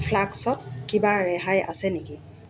ফ্লাস্কত কিবা ৰেহাই আছে নেকি